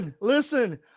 listen